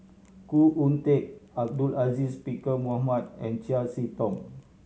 Khoo Oon Teik Abdul Aziz Pakkeer Mohamed and Chiam See Tong